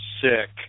sick